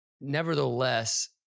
nevertheless